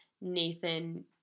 Nathan